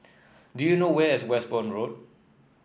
do you know where is Westbourne Road